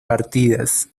partidas